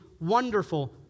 Wonderful